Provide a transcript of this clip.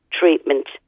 treatment